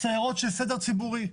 סיירות של סדר ציבורי.